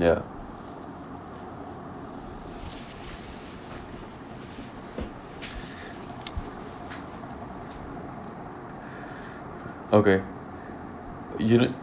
ya okay you n~